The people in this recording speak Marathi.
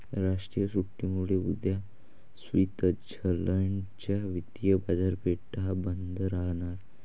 राष्ट्रीय सुट्टीमुळे उद्या स्वित्झर्लंड च्या वित्तीय बाजारपेठा बंद राहणार